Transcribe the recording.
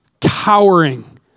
cowering